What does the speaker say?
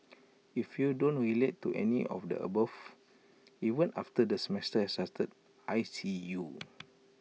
if you don't relate to any of the above even after the semester has started I see you